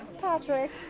Patrick